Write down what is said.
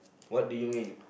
what do you mean